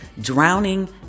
drowning